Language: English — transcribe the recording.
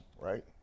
right